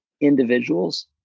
individuals